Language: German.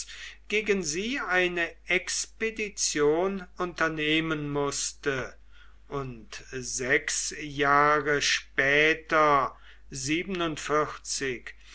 gegen sie eine expedition unternehmen mußte und sechs jahre später